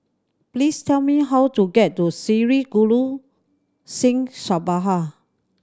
please tell me how to get to Sri Guru Singh Sabha